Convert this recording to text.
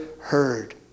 heard